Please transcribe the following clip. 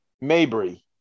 Mabry